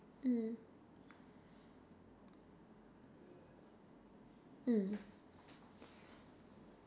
mm mm